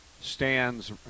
stands